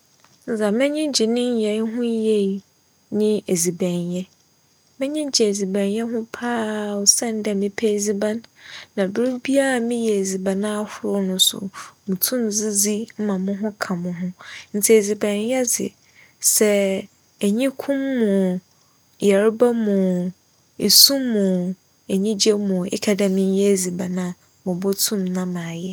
Dza m'enyi gye ne nyɛe ho yie nye edzibanyɛ. M'enyi gye edzibanyɛ ho paa osiandɛ mepɛ edziban na ber biaa meyɛ edziban ahorow no so mutum dzidzi ma moho ka mo ho ntsi edzibanyɛ dze sɛ enyikom mu o, yarba mu o, isu mu o, enyigye mu o eka dɛ menyɛ edziban a mobotum na mayɛ.